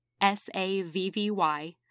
S-A-V-V-Y